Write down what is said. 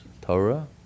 Torah